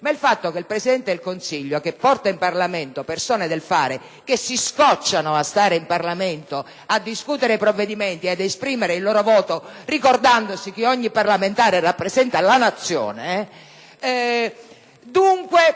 ma il fatto che il Presidente del Consiglio, che porta in Parlamento persone del fare che si scocciano a stare in Parlamento a discutere provvedimenti e ad esprimere il proprio voto ricordandosi che ogni parlamentare rappresenta la Nazione, propone